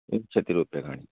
विंशति रूप्यकाणि